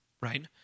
right